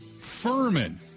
Furman